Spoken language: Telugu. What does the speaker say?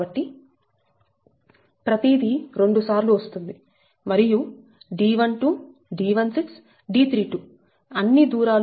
కాబట్టి ప్రతిదీ రెండు సార్లు వస్తుంది మరియు D12 D16 D32 అన్ని దూరాలు ఒకటే